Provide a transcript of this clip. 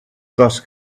dust